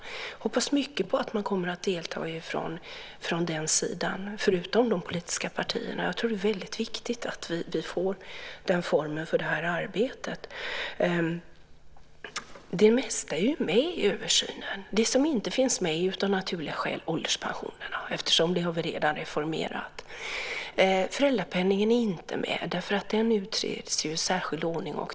Jag hoppas mycket på att man kommer att delta från den sidan, förutom de politiska partierna. Jag tror att det är väldigt viktigt att vi får den formen för det här arbetet. Det mesta är med i översynen. Det som inte finns med är av naturliga skäl ålderspensionerna, eftersom vi redan reformerat dem. Föräldrapenningen är inte med därför att den utreds i särskild ordning.